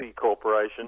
Corporation